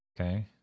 Okay